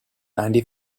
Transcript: ninety